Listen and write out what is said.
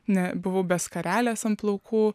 na buvau be skarelės ant plaukų